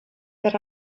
that